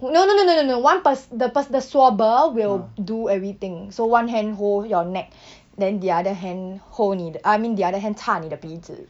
no no no no no no one pers~ the pers~ the swabber will so one hand hold your neck then the other hand hold 你的 I mean the other hand 插你的鼻子